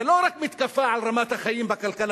זה לא רק מתקפה על רמת החיים בכלכלה,